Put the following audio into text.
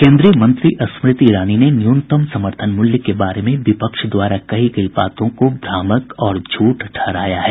केन्द्रीय मंत्री स्मृति ईरानी ने न्यूनतम समर्थन मूल्य के बारे में विपक्ष द्वारा कही गई बातों को भ्रामक और झूठ ठहराया है